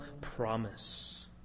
promise